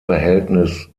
verhältnis